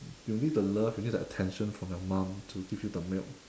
you need the love you need the attention from your mum to give you the milk